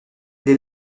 les